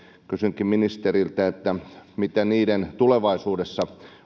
kysynkin ministeriltä miten niiden osalta on tulevaisuudessa